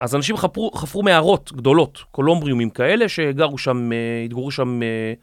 אז אנשים חפרו מערות גדולות, קולומבריומים כאלה, שגרו שם...